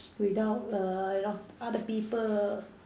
without err you know other people